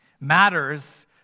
matters